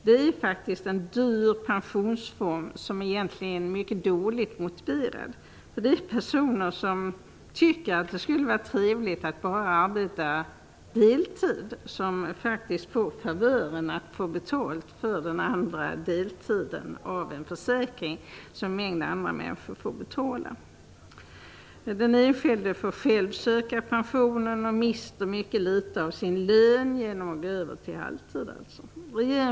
Det är faktiskt en dyr pensionsform som egentligen är mycket dåligt motiverad. Den berör personer som tycker att det skulle vara trevligt att bara arbeta deltid och som får favören att få betalt för den andra deltiden genom en försäkring som andra människor får betala. Den enskilde får själv söka deltidspension, och genom att gå över till halvtid mister han mycket av sin lön.